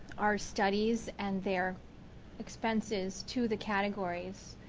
our studies and their expenses to the categories,